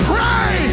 Pray